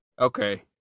Okay